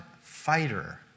fighter